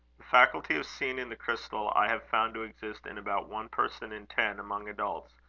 the faculty of seeing in the crystal i have found to exist in about one person in ten among adults,